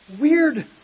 Weird